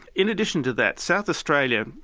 in addition to that, south australia,